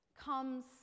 comes